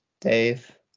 Dave